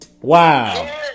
Wow